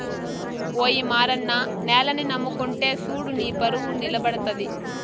ఓయి మారన్న నేలని నమ్ముకుంటే సూడు నీపరువు నిలబడతది